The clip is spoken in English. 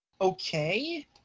okay